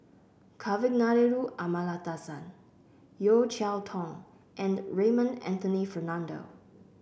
Kavignareru Amallathasan Yeo Cheow Tong and Raymond Anthony Fernando